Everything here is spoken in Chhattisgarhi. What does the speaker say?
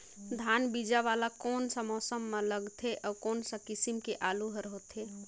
धान बीजा वाला कोन सा मौसम म लगथे अउ कोन सा किसम के आलू हर होथे?